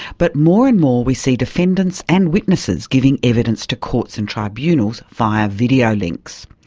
but more and more we see defendants and witnesses giving evidence to courts and tribunals via video links.